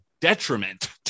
detriment